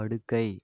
படுக்கை